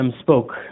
spoke